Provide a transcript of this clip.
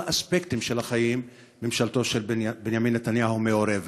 האספקטים של החיים ממשלתו של בנימין נתניהו מעורבת.